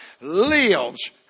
lives